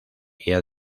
había